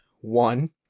One